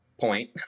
point